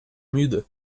müde